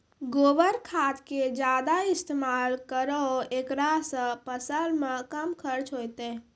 गोबर खाद के ज्यादा इस्तेमाल करौ ऐकरा से फसल मे कम खर्च होईतै?